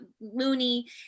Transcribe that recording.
Mooney